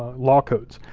law codes.